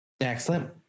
Excellent